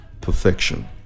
perfection